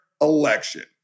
election